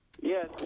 Yes